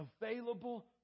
available